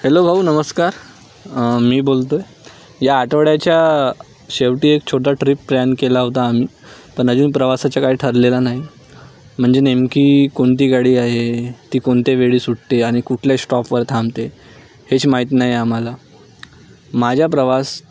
hello भाऊ नमस्कार मी बोलतो आहे या आठवड्याच्या शेवटी एक छोटा ट्रिप प्लॅन केला होता आम्ही पण अजून प्रवासाचा काय ठरलेला नाही म्हणजे नेमकी कोणती गाडी आहे ती कोणत्या वेळी सुटते आणि कुठल्या स्टॉपवर थांबते हेच माहीत नाही आहे आम्हाला माझा प्रवास